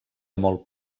molt